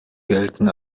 gelten